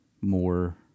more